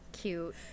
cute